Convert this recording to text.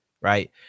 Right